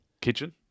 kitchen